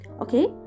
Okay